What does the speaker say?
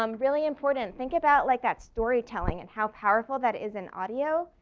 um really important, think about like that storytelling and how powerful that is in audio,